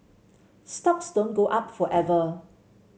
stocks don't go up forever